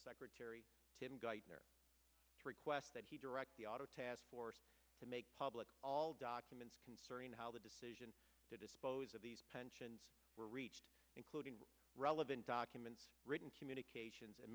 secretary tim geitner request that he direct the auto task force to make public all documents concerning how the decision to dispose of these pensions were reached including the relevant documents written communications and